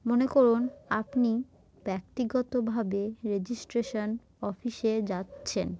মনে করুন আপনি ব্যক্তিগতভাবে রেজিস্ট্রেশন অফিসে যাচ্ছেন